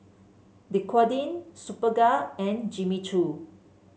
Dequadin Superga and Jimmy Choo